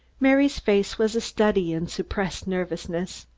mary's face was a study in suppressed nervousness.